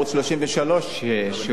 שמיועד לאוכלוסייה הערבית.